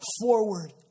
forward